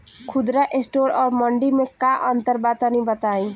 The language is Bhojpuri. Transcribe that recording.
खुदरा स्टोर और मंडी में का अंतर बा तनी बताई?